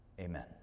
Amen